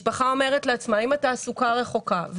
משפחה אומרת לעצמה שאם התעסוקה רחוקה,